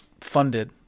funded